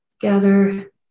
gather